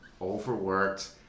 overworked